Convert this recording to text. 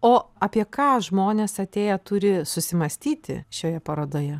o apie ką žmonės atėję turi susimąstyti šioje parodoje